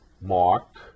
Mark